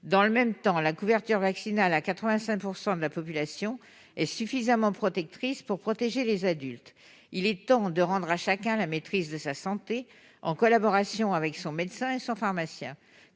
Dans le même temps, la couverture vaccinale à 85 % de la population est suffisante pour protéger les adultes. Il est temps de rendre à chacun la maîtrise de sa santé, en collaboration avec son médecin et son pharmacien.